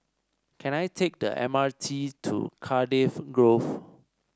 can I take the M R T to Cardiff Grove